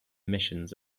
missions